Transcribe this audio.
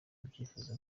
ibyifuzo